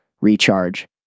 recharge